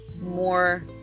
More